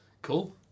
Cool